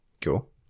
Cool